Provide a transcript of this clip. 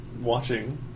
Watching